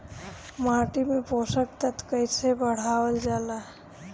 माटी में पोषक तत्व कईसे बढ़ावल जाला ह?